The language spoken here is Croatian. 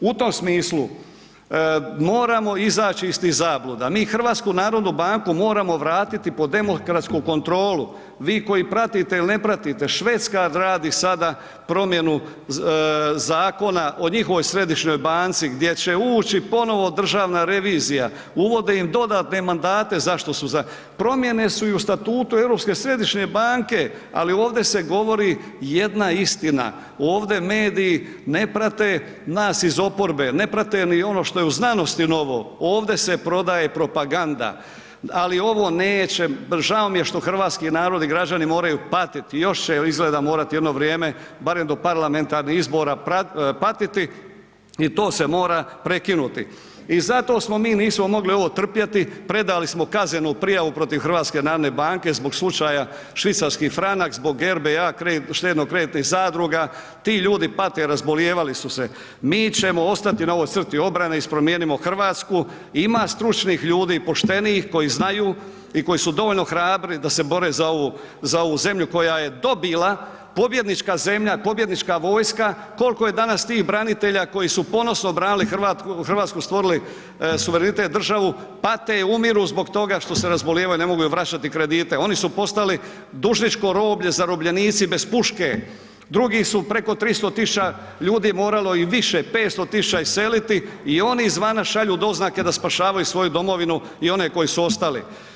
U tom smislu moramo izaći iz tih zabluda, mi HNB moramo vratiti pod demokratsku kontrolu, vi koji pratite il ne pratite, Švedska radi sada promjenu zakona o njihovoj središnjoj banci gdje će ući ponovo državna revizija, uvode im dodatne mandate zašto su za, promijene su i u statutu Europske središnje banke, ali ovdje se govori jedna istina, ovde mediji ne prate nas iz oporbe, ne prate ni ono što je u znanosti novo, ovde se prodaje propaganda, ali ovo neće, žao što hrvatski narod i građani moraju patiti, još će izgleda morati jedno vrijeme barem do parlamentarnih izbora patiti i to se mora prekinuti i zato smo mi, nismo mogli ovo trpjeti, predali smo kaznenu prijavu protiv HNB-a zbog slučaja švicarski Franak, zbog RBA Štedno kreditnih zadruga, ti ljudi pate, razbolijevali su se, mi ćemo ostati na ovoj crti obrane iz Promijenimo Hrvatsku, ima stručnih ljudi, poštenih koji znaju i koji su dovoljno hrabri da se bore za ovu, za ovu zemlju koja je dobila, pobjednička zemlja, pobjednička vojska, kolko je danas tih branitelja koji su ponosno branili RH, stvorili suverenitet državu, pate i umiru zbog toga što se razbolijevaju, ne mogu vraćati kredite, oni su postali dužničko roblje, zarobljenici bez puške, drugi su preko 300 000 ljudi moralo i više 500 000 iseliti i oni iz vana šalju doznake da spašavaju svoju domovinu i one koji su ostali.